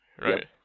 Right